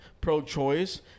Pro-choice